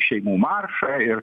šeimų maršą ir